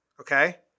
okay